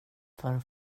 för